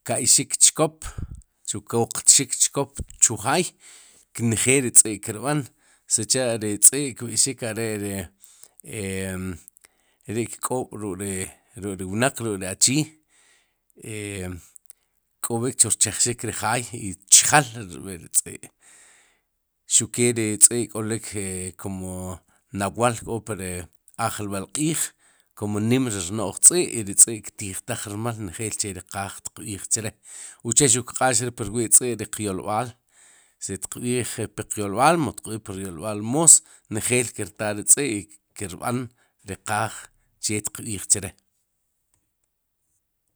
kka'yxik chkop chu koqtxik chkop chu jaay njel ri tz'i' ki rb'an si cha'ri tz'i' kb'ixik are ri ri kk'ob'ruk'ri wnaq ruk'ri achii, kk'ob'ik chu rchejxik ri jaay y chjel rb'i'ri tz'i' xuq ke ri tz'i' k'olik kumu nawal k'o pri ajlb'al q'iij kum nim ri rno'j tz'i'y ri tz'i'ktijtaj rmal njel che ri qaaj qb'ij chre, uche xuq kq'ax re pu rwi' tz'i'ri yolb'al si tqb'ij piq qyolb'al mu xtiq b'iij pe ryolb'al mos, njel ki rtaa ri tz'i' y kirb'an ri qaaj che xtqb'ij chre.